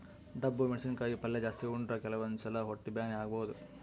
ಡಬ್ಬು ಮೆಣಸಿನಕಾಯಿ ಪಲ್ಯ ಜಾಸ್ತಿ ಉಂಡ್ರ ಕೆಲವಂದ್ ಸಲಾ ಹೊಟ್ಟಿ ಬ್ಯಾನಿ ಆಗಬಹುದ್